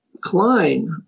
Klein